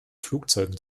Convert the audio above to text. flugzeugen